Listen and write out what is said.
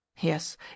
yes